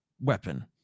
weapon